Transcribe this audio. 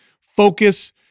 focus